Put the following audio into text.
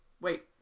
Wait